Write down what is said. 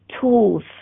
tools